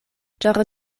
ĉar